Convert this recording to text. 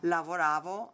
Lavoravo